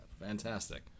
Fantastic